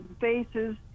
faces